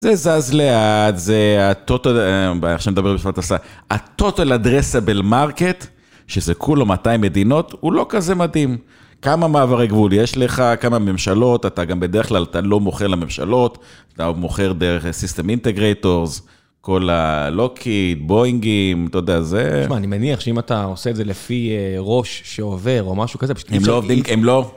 זה זז לאט, זה ה-Total, עכשיו מדבר בשפת... ה-Total Addressable Market, שזה כולו 200 מדינות, הוא לא כזה מדהים. כמה מעברי גבול יש לך, כמה ממשלות, אתה גם בדרך כלל אתה לא מוכר לממשלות, אתה מוכר דרך System Integrators, כל ה-Lockheed, בוינגים, אתה יודע, זה... תשמע, אני מניח שאם אתה עושה את זה לפי ראש שעובר או משהו כזה, בשביל הם לא